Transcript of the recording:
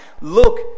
Look